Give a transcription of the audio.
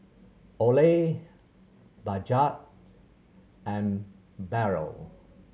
Olay Bajaj and Barrel